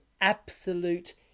absolute